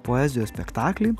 poezijos spektaklį